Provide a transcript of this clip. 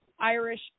Irish